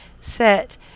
Set